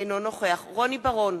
אינו נוכח רוני בר-און,